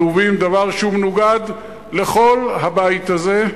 עלובים דבר שהוא מנוגד לכל הבית הזה.